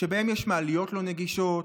שבהם יש מעליות לא נגישות,